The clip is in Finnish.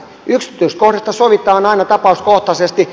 yksityiskohdista sovitaan aina tapauskohtaisesti